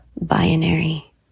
binary